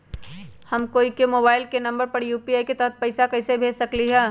हम कोई के मोबाइल नंबर पर यू.पी.आई के तहत पईसा कईसे भेज सकली ह?